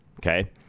okay